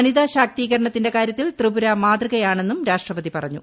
വനിതാ ശാക്തീകരണത്തിന്റെ കാര്യത്തിൽ ത്രിപുര മാതൃകയാണെന്നും രാഷ്ട്രപതി പറഞ്ഞു